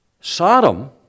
Sodom